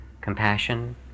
compassion